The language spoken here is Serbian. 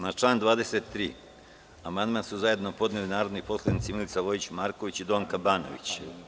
Na član 23. amandman su zajedno podnele narodni poslanici Milica Vojić Marković i Donka Banović.